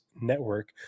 network